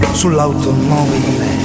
sull'automobile